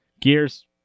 Gears